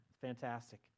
Fantastic